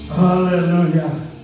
Hallelujah